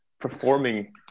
performing